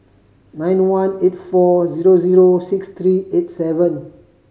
nine one eight four zero zero six three eight seven